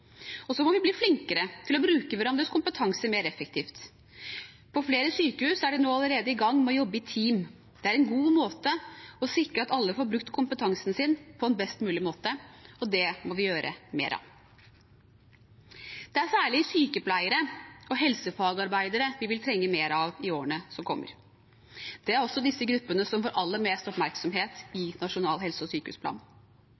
Og så må vi bli flinkere til å bruke hverandres kompetanse mer effektivt. På flere sykehus er de nå allerede i gang med å jobbe i team. Det er en god måte for å sikre at alle får brukt kompetansen sin best mulig, så det må vi gjøre mer av. Det er særlig sykepleiere og helsefagarbeidere vi vil trenge mer av i årene som kommer. Det er også disse gruppene som får aller mest oppmerksomhet